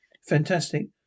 Fantastic